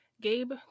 Gabe